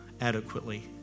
adequately